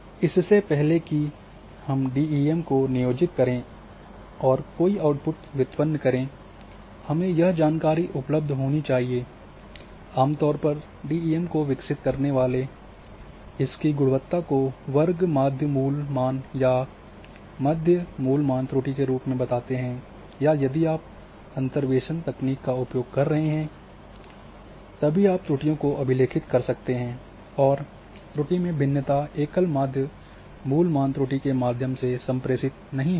इससे पहले की हम डीईएम को नियोजित करें और कोई आउटपुट व्युत्पन्न करें हमें यह जानकारी उपलब्ध होनी चाहिए आमतौर पर डीईएम को विकसित करने वाले इसकी की गुणवत्ता को वर्ग माध्य मूल मान या माध्य मूल मान त्रुटि के रूप में बताते हैं या यदि आप अंतर्वेशन तकनीक का उपयोग कर रहे हैं तभी आप त्रुटियों को अभिलेखित कर सकते हैं और त्रुटि में भिन्नता एकल माध्य मूल मान त्रुटि के माध्यम से संप्रेषित नहीं होती है